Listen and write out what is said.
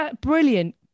Brilliant